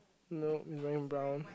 no he's wearing brown